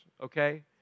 okay